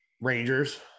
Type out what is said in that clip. Rangers